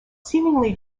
seemingly